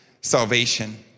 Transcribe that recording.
salvation